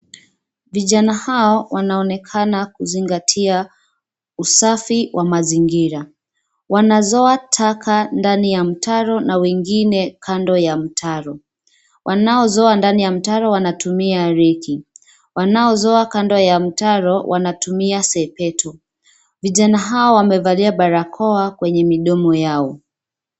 Vijana hao wanaonekana kuzingatia usafi wa mazingira. Wanazoa taka ndani ya mtaro na wengine kando ya mtaro. Wanaozoa ndani ya mtaro wanatumia reki. Wanaozoa kando ya mtaro wanatumia sepetu. Vijana hawa wamevalia barakoa kwenye midomo yao.